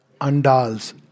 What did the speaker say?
Andals